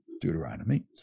Deuteronomy